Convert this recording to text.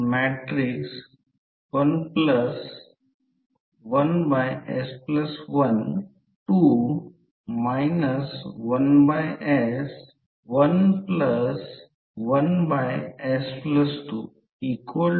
त्याचप्रमाणे R2 साठी जर पाथ 2 साठी रिलक्टन्स मोजला तर हे पाथ 1 साठी आहे याचा अर्थ हा जो पाथ 1 आहे याचा रिलक्टन्स तो याप्रमाणे चिन्हांकित केला आहे